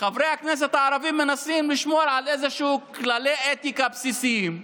וחברי הכנסת הערבים מנסים לשמור על איזשהם כללי אתיקה בסיסיים,